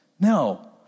No